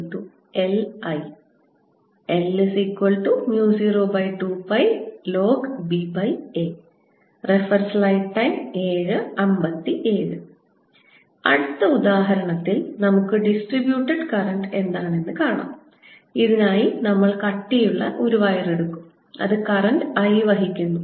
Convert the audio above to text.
dr02πIabdrr02πln ba ILI L02πlnba അടുത്ത ഉദാഹരണത്തിൽ നമുക്ക് ഡിസ്ട്രിബ്യൂട്ടഡ് കറൻറ് എന്താണെന്ന് കാണാം ഇതിനായി നമ്മൾ കട്ടിയുള്ള ഒരു വയർ എടുക്കും അത് കറന്റ് I വഹിക്കുന്നു